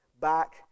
back